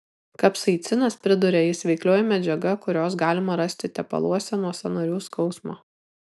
kapsaicinas priduria jis veiklioji medžiaga kurios galima rasti tepaluose nuo sąnarių skausmo